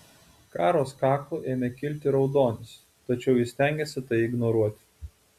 karos kaklu ėmė kilti raudonis tačiau ji stengėsi tai ignoruoti